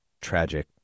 tragic